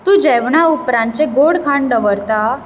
तूं जेवणा उपरांतचें गोड खाण दवरता